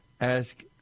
ask